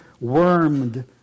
wormed